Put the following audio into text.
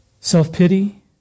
self-pity